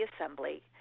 Assembly